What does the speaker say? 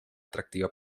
atractiva